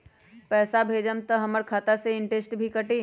पैसा भेजम त हमर खाता से इनटेशट भी कटी?